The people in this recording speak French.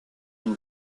une